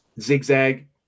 zigzag